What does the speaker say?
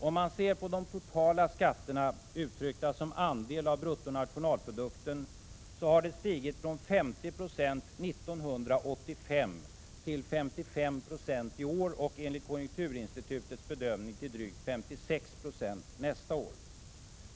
Om man ser på de totala skatterna uttryckta som andel av bruttonationalprodukten, så har den stigit från ca 50 96 1985 till över 55 90 i år och, enligt konjunkturinstitutets bedömning, till drygt 56 90 nästa år.